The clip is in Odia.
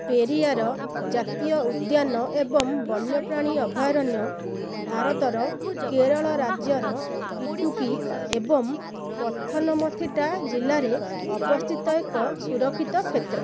ପେରିୟାର ଜାତୀୟ ଉଦ୍ୟାନ ଏବଂ ବନ୍ୟପ୍ରାଣୀ ଅଭୟାରଣ୍ୟ ଭାରତର କେରଳ ରାଜ୍ୟର ଇଡୁକ୍କି ଏବଂ ପଥନମଥିଟ୍ଟା ଜିଲ୍ଲାରେ ଅବସ୍ଥିତ ଏକ ସୁରକ୍ଷିତ କ୍ଷେତ୍ର